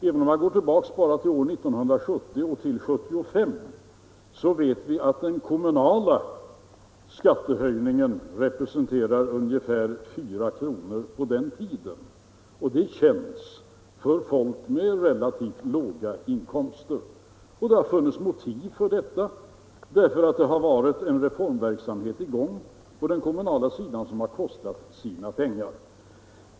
Även om jag går tillbaka bara till åren 1970-1975, så vet vi att den kommunala skattehöjningen representerar ungefär 4 kr. på den tiden, och det känns för folk med relativt låga inkomster. Det har funnits motiv för denna höjning därför att det har varit en reformverksamhet på den kommunala sidan som har kostat sina pengar.